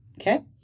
Okay